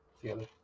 together